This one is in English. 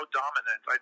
dominant